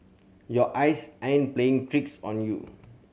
your eyes aren't playing tricks on you